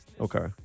Okay